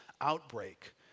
outbreak